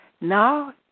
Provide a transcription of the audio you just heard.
Now